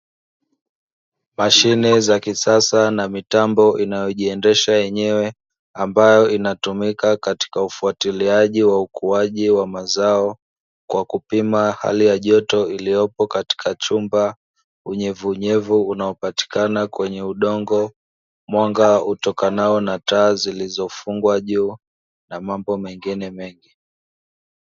Mashine za kisasa na mitambo inayojiendesha yenyewe ambayo inatumika katika ufuatiliaji wa ukuaji wa mazao kwa kupima hali ya joto iliyopo katika chumba, unyevunyevu unaopatikana kwenye udongo, mwanga utokanao na taa zilizofungwa juu na mambo mengine mengi.